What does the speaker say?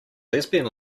lesbian